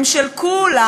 הם של כו-לם,